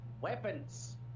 weapons